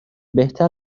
بهتر